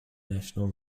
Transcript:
national